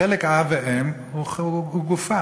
החלק של האב והאם הוא גופה,